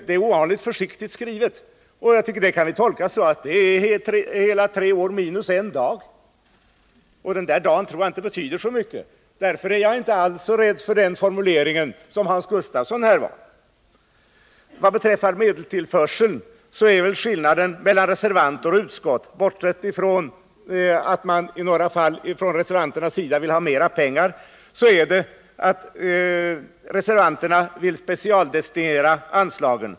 Det är ovanligt försiktigt skrivet. Det kan tolkas som tre år minus en dag. Och den dagen tror jag inte betyder så mycket. Därför är jag inte alls så rädd för den formuleringen som Hans Gustafsson var. Vad beträffar medelstillförseln är skillnaden mellan reservanter och utskott — bortsett från att reservanterna i några fall vill ha mera pengar — att reservanterna vill specialdestinera anslagen.